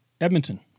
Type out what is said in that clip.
Edmonton